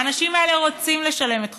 האנשים האלה רוצים לשלם את חובם.